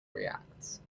reacts